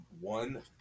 one